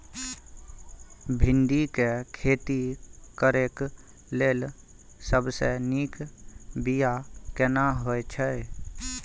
भिंडी के खेती करेक लैल सबसे नीक बिया केना होय छै?